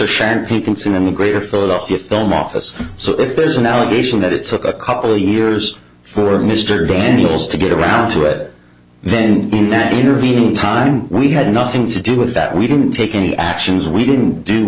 are champagne can sing in the greater philadelphia film office so if there's an allegation that it took a couple years for mr daniels to get around to it then in that intervening time we had nothing to do with that we didn't take any actions we didn't do